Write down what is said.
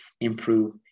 improve